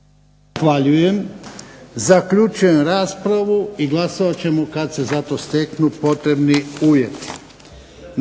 Zahvaljujem. Zaključujem raspravu i glasovat ćemo kada se za to steknu odgovarajući uvjeti.